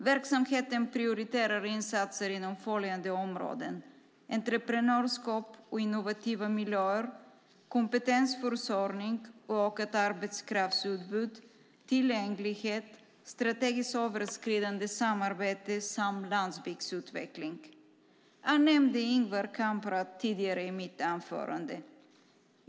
Verksamheten prioriterar insatser inom följande områden: entreprenörskap och innovativa miljöer, kompetensförsörjning och ökat arbetskraftsutbud, tillgänglighet, strategiskt gränsöverskridande samarbete samt landsbygdsutveckling. Jag nämnde Ingvar Kamprad tidigare i mitt anförande.